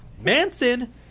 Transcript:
Manson